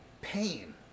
pain